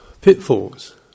pitfalls